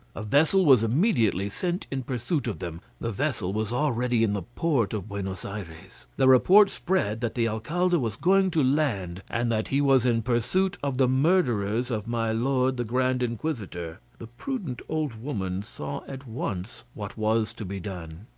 vessel was immediately sent in pursuit of them. the vessel was already in the port of buenos ayres. the report spread that the alcalde was going to land, and that he was in pursuit of the murderers of my lord the grand inquisitor. the prudent old woman woman saw at once what was to be done.